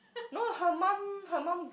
no her mum her mum